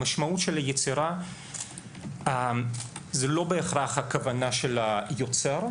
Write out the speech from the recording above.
המשמעות של היצירה זה לא בהכרח הכוונה של היוצר,